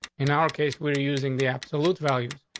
in our case, we're using the absolute values.